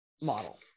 model